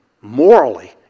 morally